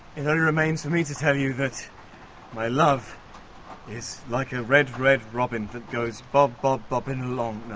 it only remains for me to tell you that my love is like a red red robin that goes bob bob bobbing along,